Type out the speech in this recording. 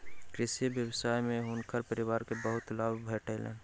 कृषि व्यवसाय में हुनकर परिवार के बहुत लाभ भेटलैन